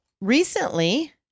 recently